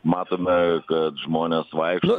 matome kad žmonės vaikšto